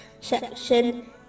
section